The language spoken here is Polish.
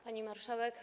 Pani Marszałek!